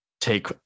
take